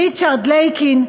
ריצ'רד לייקין,